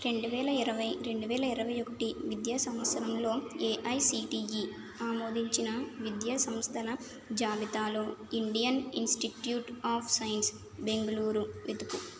రెండు వేల ఇరవై రెండు వేల ఇరవై ఒకటి విద్యా సంవత్సరంలో ఏఐసిటిఈ ఆమోదించిన విద్యా సంస్థల జాబితాలో Indian institute of science Bengaluru వెతుకు